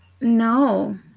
No